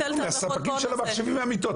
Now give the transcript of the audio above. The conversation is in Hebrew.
מהספקים של המחשבים והמיטות.